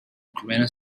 grand